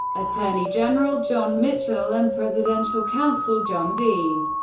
attorney general john mitchell, and presidential counsel john dean,